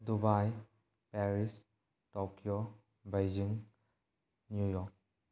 Dubai Paris Tokyo Beijing New York